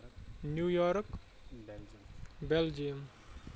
New York Belgium